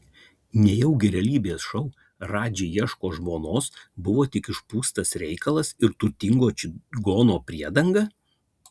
nejaugi realybės šou radži ieško žmonos buvo tik išpūstas reikalas ir turtingo čigono priedanga